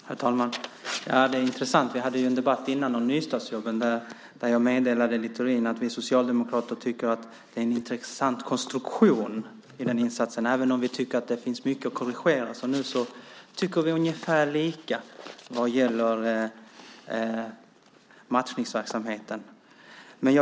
Herr talman! Det är intressant. Vi hade tidigare en debatt om nystartsjobben där jag meddelade Littorin att vi socialdemokrater tycker att det är en intressant konstruktion i den insatsen, även om vi tycker att det finns mycket att korrigera. Nu tycker vi ungefär lika vad gäller matchningsverksamheten.